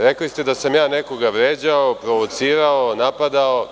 Rekli ste da sam ja nekoga vređao, provocirao, napadao.